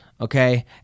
okay